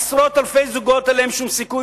עשרות אלפי זוגות אין להם שום סיכוי,